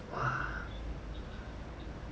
!wah!